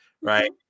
right